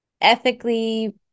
ethically